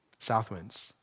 Southwinds